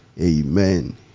Amen